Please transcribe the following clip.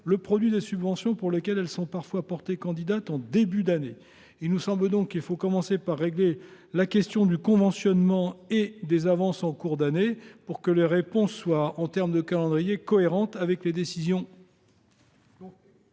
fin d’année les subventions pour lesquelles elles se sont parfois portées candidates en début d’année. Il nous semble qu’il faudrait commencer par régler la question du conventionnement et des avances en cours d’année pour que les réponses soient, en termes de calendrier, cohérentes avec les décisions.